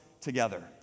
together